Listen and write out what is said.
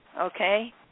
okay